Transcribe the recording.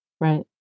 Right